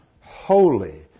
holy